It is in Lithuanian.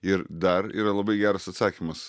ir dar yra labai geras atsakymas